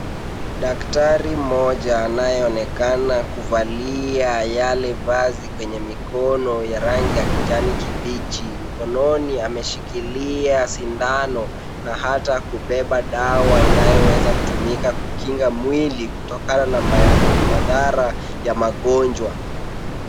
Daktari mmoja anayeoneka kuvalia yale vazi kwenye mikono ya rangi ya kijani kibichi. Mikononi ameshikilia sindano na hata kubeba dawa inayoweza kutumika kukinga mwili, kutokana na madhara ya magonjwa.